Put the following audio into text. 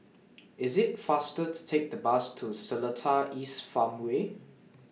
IT IS faster to Take The Bus to Seletar East Farmway